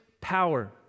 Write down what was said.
power